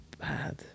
bad